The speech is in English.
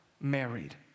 married